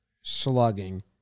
slugging